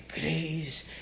grace